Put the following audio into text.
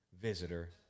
visitor